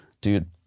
Dude